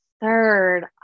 third